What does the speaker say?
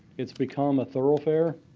it's become a thoroughfare.